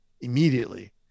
immediately